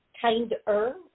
kinder